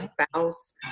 spouse